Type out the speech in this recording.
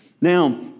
Now